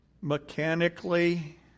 mechanically